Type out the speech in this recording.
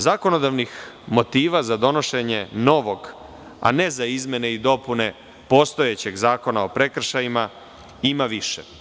Zakonodavnih motiva za donošenje novog, a ne za izmene i dopune postojećeg Zakona o prekršajima, ima više.